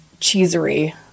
cheesery